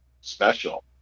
special